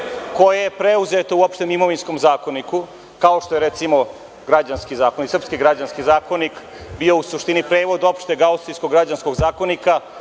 koje je preuzeto u Opštem imovinskom zakoniku, kao što je recimo Srpski građanski zakonik bio u suštini prevod Opšteg austrijskog građanskog zakonika,